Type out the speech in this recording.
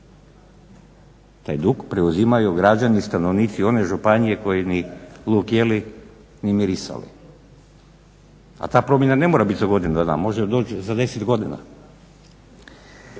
Taj dug preuzimaju građani stanovnici one županije koji ni luk jeli ni mirisali. A ta promjena ne mora biti za godinu dana, može doći za 10 godina.